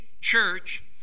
church